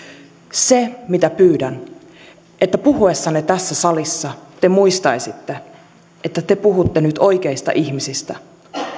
se mitä pyydän että puhuessanne tässä salissa te muistaisitte että te puhutte nyt oikeista ihmisistä